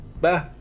Bye